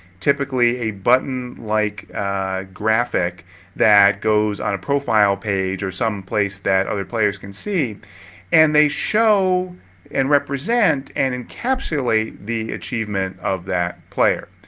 typically a button-like like ah graphic that goes on a profile page or some place that other players can see and they show and represent and encapsulate the achievement of that player.